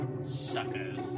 suckers